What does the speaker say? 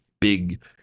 big